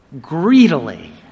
greedily